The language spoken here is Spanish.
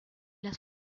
las